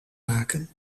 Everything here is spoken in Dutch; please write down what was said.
maken